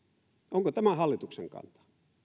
onko tämä hallituksen kanta